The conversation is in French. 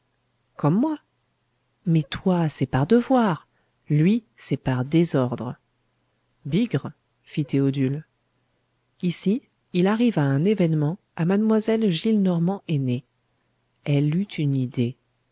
comme moi mais toi c'est par devoir lui c'est par désordre bigre fit théodule ici il arriva un événement à mlle gillenormand aînée elle eut une idée